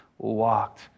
walked